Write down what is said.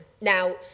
Now